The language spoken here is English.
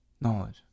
Knowledge